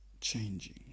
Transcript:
changing